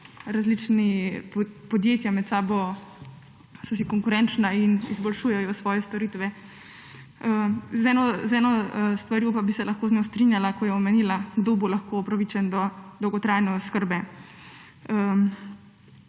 različna podjetja med sabo so si konkurenčna in izboljšujejo svoje storitve. Z eno stvarjo pa bi se lahko z njo strinjala, ko je omenila, kdo bo lahko upravičen do dolgotrajne oskrbe.